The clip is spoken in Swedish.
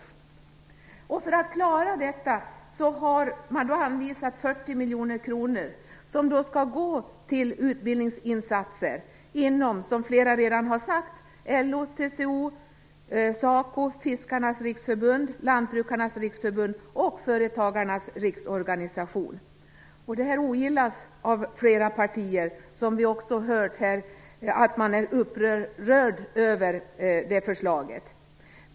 För att de skall klara detta har man anvisat 40 miljoner kronor som skall gå till utbildningsinsatser inom - som flera redan har nämnt - LO, TCO, SACO, Sveriges Fiskares riksförbund, Lantbrukarnas riksförbund och Företagarnas riksorganisation. Det här ogillas av flera partier. Vi har här hört att man är upprörd över det här förslaget.